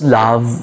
love